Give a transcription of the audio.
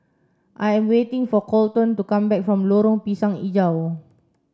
I am waiting for Kolton to come back from Lorong Pisang Hijau